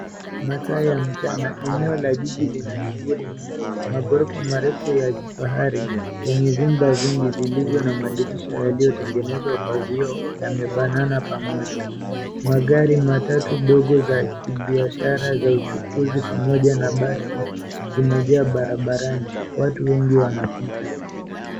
Masaa ya mchana eneo la jiji lina shughuli nyingi. Magorofa marefu ya kifahari yenye vyumba vingi vilivyo na madirisha yaliyotengenezwa kwa vioo yamebanana pamoja. Magari matatu ndogo za kibiashara za uchukuzi pamoja na basi zimejaa barabarani. Watu wengi wanapita.